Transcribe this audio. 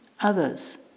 others